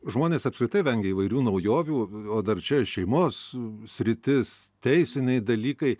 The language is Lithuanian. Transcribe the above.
žmonės apskritai vengia įvairių naujovių o dar čia šeimos sritis teisiniai dalykai